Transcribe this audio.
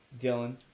Dylan